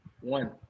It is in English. One